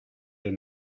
des